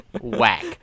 whack